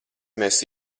mēs